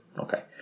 Okay